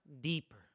deeper